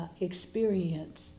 experience